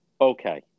okay